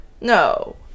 No